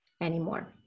Anymore